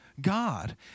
God